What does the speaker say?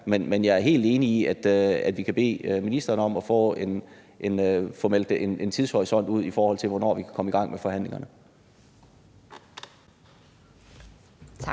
Men jeg er helt enig i, at vi kan bede ministeren om at melde en tidshorisont ud, i forhold til hvornår vi kan komme i gang med forhandlingerne. Kl.